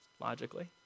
Logically